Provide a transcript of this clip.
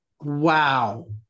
Wow